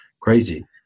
crazy